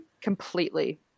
Completely